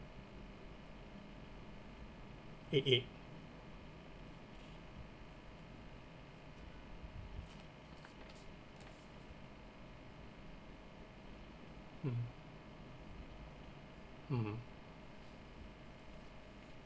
eight eight mm mmhmm